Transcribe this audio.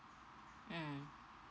mm